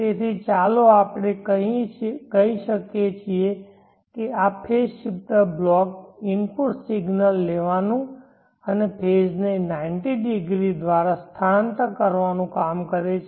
તેથી ચાલો આપણે કહીએ કે આ phase shifter block input signal લેવાનું અને ફેઝ ને 90 ડિગ્રી દ્વારા સ્થળાંતર કરવાનું કામ કરે છે